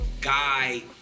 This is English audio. guy